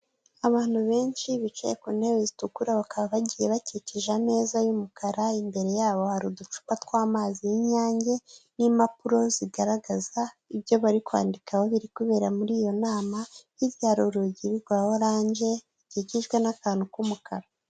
Abantu benshi bicaye ku ntebe zitukura bakaba bagiye bakikije ameza y'umukara, imbere yabo hari uducupa tw'amazi y'inyange n'impapuro zigaragaza ibyo bari kwandikaho biri kubera muri iyo nama hirya hari urugi rwa oranje rukikijwe n'akantu k'umukara.